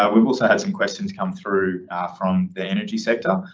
ah we've also had some questions come through from the energy sector.